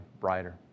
brighter